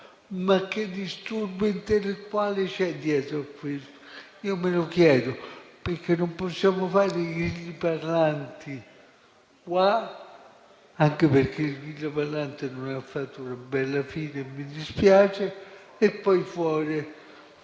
Ma che disturbo intellettuale c'è dietro questo? Io me lo chiedo, perché non possiamo fare i grilli parlanti qua - anche perché il grillo parlante non ha fatto una bella fine e mi dispiace - qui